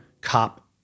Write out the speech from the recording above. cop